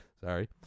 Sorry